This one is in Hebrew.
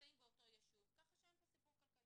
שנמצאים באותו ישוב, ככה שאין פה סיפור כלכלי.